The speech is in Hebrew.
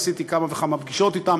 ועשיתי כמה וכמה פגישות אתם,